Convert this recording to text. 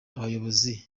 abayobozi